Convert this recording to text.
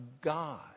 God